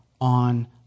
on